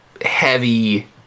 heavy